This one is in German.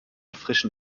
frischen